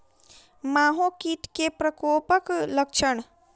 माहो कीट केँ प्रकोपक लक्षण?